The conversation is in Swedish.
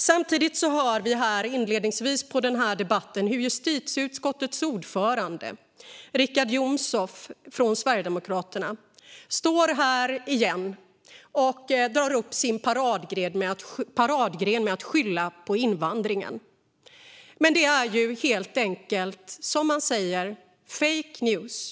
Samtidigt fick vi inledningsvis i denna debatt se justitieutskottets ordförande, Richard Jomshof från Sverigedemokraterna, återigen stå här och utöva sin paradgren att skylla på invandringen. Men det är helt enkelt, som man säger, fake news.